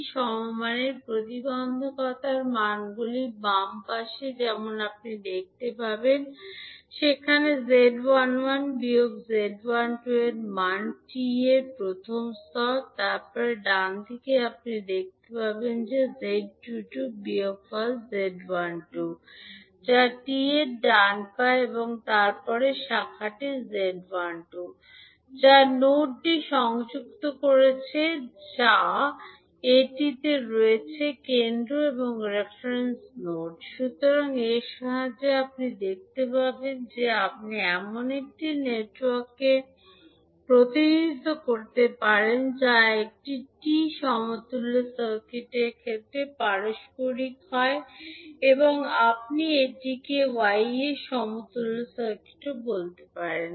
টি সমমানের প্রতিবন্ধকতার মানগুলি বাম পাশে যেমন আপনি দেখতে পাবেন সেখানে z11 বিয়োগ z12 এর মান হবে যা টি এর প্রথম স্তর তারপরে ডানদিকে আপনি দেখতে পাবেন যে z22 বিয়োগফল z12 যা t এর ডান পা এবং তারপরে শাখাটি z12 যা নোডটি সংযুক্ত করছে যা এটিতে রয়েছে কেন্দ্র এবং রেফারেন্স নোড সুতরাং এর সাহায্যে আপনি দেখতে পাবেন যে আপনি এমন একটি নেটওয়ার্ককে প্রতিনিধিত্ব করতে পারেন যা একটি টি সমতুল্য সার্কিটের ক্ষেত্রে পারস্পরিক হয় বা আপনি এটিকে Y সমতুল্য সার্কিটও বলতে পারেন